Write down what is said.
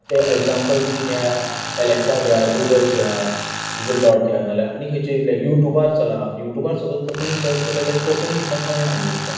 तें एग्झाम्पल तुमीं घेयात एलॅक्सा घेयात गुगल घेयात गुगल डॉट घेयात नाजाल्यार आनी खंयचें युट्युबार चलां युट्युबार सुद्दां कोंकणी सर्च केल्यार कोंकणी तिका कळना युट्युबाक